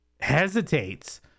hesitates